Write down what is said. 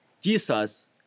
Jesus